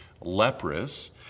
leprous